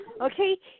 Okay